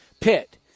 Pitt